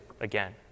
again